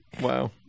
Wow